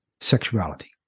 sexuality